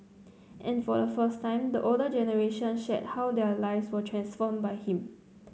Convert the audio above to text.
and for the first time the older generation shared how their lives were transformed by him